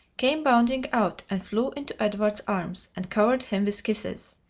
came bounding out, and flew into edward's arms, and covered him with kisses.